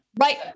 Right